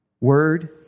Word